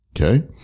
Okay